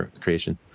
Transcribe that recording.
creation